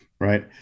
right